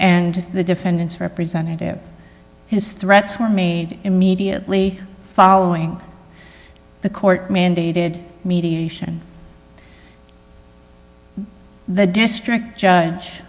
and the defendant's representative his threats were made immediately following the court mandated mediation the district judge